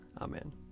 Amen